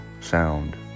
sound